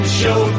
show